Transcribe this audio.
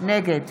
נגד